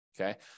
Okay